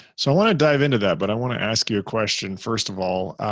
so i want to dive into that, but i want to ask you a question. first of all.